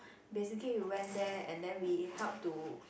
basically we went there and then we help to